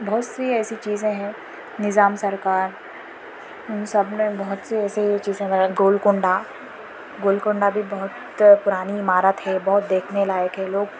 بہت سی ایسی چیزیں ہیں نظام سرکار ان سب نے بہت سی ایسی چیزیں بنا گولکنڈہ گولکنڈہ بھی بہت پرانی عمارت ہے بہت دیکھنے لائق ہے لوگ